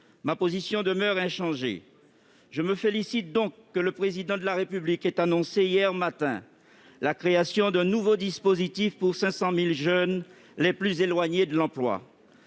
Ma position demeure inchangée. Je me félicite donc que le Président de la République ait annoncé hier matin la création d'un nouveau dispositif d'aide pour les 500 000 jeunes les plus éloignés de l'emploi.